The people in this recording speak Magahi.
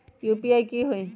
यू.पी.आई की होई?